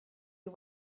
you